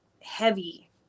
heavy